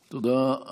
תודה.